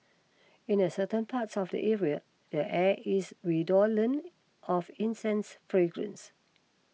in the certain parts of the area the air is redolent of incense fragrance